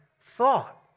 thought